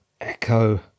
Echo